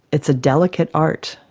it's a delicate art,